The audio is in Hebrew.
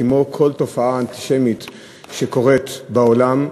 כמו כל תופעה אנטישמית שקורית בעולם,